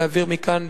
להעביר מכאן,